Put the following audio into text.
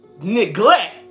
neglect